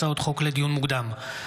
הצעות חוק לדיון מוקדם,